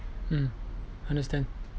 mm understand